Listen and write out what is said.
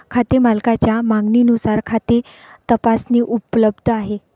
खाते मालकाच्या मागणीनुसार खाते तपासणी उपलब्ध आहे